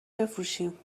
بفروشیم